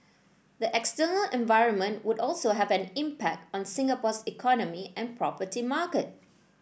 the external environment would also have an impact on Singapore's economy and property market